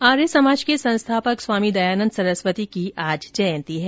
आर्य समाज के संस्थापक स्वामी दयानंद सरस्वती की आज जयंती है